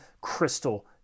crystal